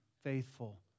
faithful